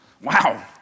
Wow